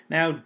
Now